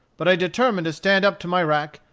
but i determined to stand up to my rack,